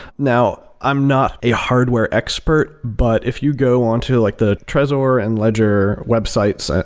now, i'm not a hardware expert, but if you go on to like the trezor and ledger websites,